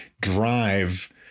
drive